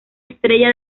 estrella